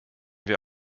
wir